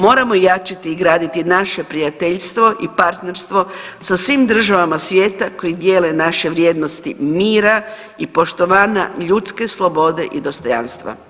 Moramo jačati i graditi naše prijateljstvo i partnerstvo sa svim državama svijeta koji dijele naše vrijednosti mira i poštovanja, ljudske slobode i dostojanstva.